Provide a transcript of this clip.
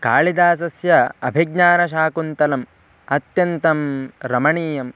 कालिदासस्य अभिज्ञानशाकुन्तलम् अत्यन्तं रमणीयम्